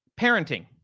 Parenting